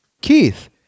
Keith